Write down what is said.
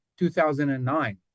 2009